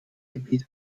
gebiet